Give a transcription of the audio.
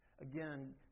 again